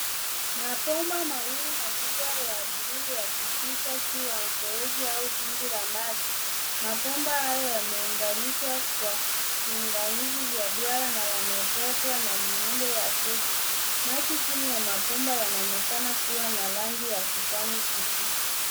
Mabomba mawili makubwa ya blue yakipita juu ya mfereji au dimbwi la maji. Mabomba hayo yameunganishwa kwa viunganizi vya duara na yamebebwa na miundo ya zege. Maji chini ya mabomba yanaonekana kua na rangi ya kijani kibichi.